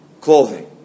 clothing